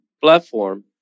platform